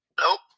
Nope